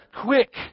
quick